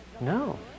No